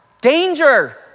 danger